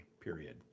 period